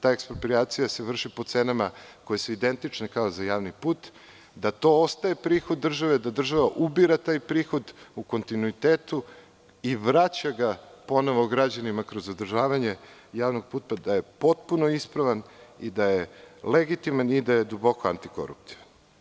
Ta eksproprijacija se vrši po cenama koje su identične kao za javni put, da to ostaje prihod države, da država ubira taj prihod u kontinuitetu i vraća ga ponovo građanima kroz održavanje javnog puta, da je potpuno ispravan, da je legitiman i da je duboko antikoruptivan.